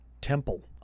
temple